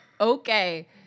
okay